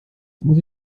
muss